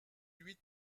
huit